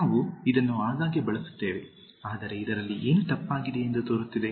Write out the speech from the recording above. ನಾವು ಇದನ್ನು ಆಗಾಗ್ಗೆ ಬಳಸುತ್ತೇವೆ ಆದರೆ ಇದರಲ್ಲಿ ಏನು ತಪ್ಪಾಗಿದೆ ಎಂದು ತೋರುತ್ತಿದೆ